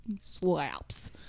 slaps